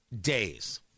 days